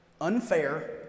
unfair